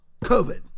COVID